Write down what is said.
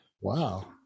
wow